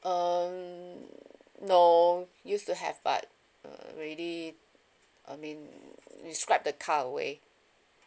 um no use to have but already I mean we scrap the car away